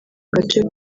gace